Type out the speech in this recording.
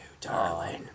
darling